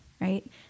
right